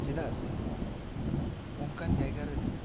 ᱪᱮᱫᱟᱜ ᱥᱮ ᱚᱱᱠᱟᱱ ᱡᱟᱭᱜᱟ ᱨᱮᱫ